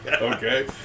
Okay